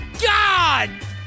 God